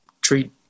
treat